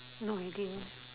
no idea